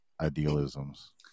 idealisms